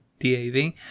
Dav